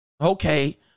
Okay